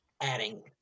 adding